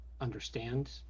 understand